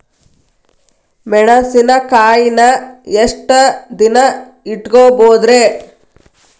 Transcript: ಮೆಣಸಿನಕಾಯಿನಾ ಎಷ್ಟ ದಿನ ಇಟ್ಕೋಬೊದ್ರೇ?